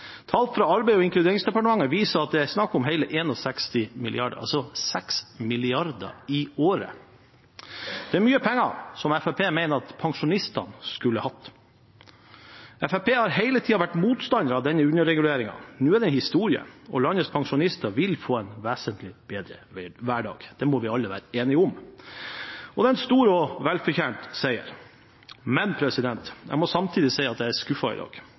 Tall fra Arbeids- og inkluderingsdepartementet viser at det er snakk om hele 61 mrd. kr, altså 6 mrd. kr i året. Det er mye penger, som Fremskrittspartiet mener at pensjonistene skulle hatt. Fremskrittspartiet har hele tiden vært motstander av denne underreguleringen. Nå er den historie, og landets pensjonister vil få en vesentlig bedre hverdag – det må vi alle være enige om – og det er en stor og velfortjent seier. Samtidig må jeg si at jeg er skuffet i dag.